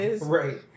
Right